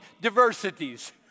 diversities